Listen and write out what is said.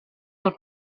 del